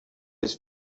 his